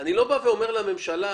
אני לא אומר לממשלה